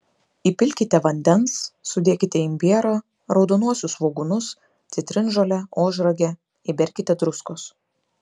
įpilkite vandens sudėkite imbierą raudonuosius svogūnus citrinžolę ožragę įberkite druskos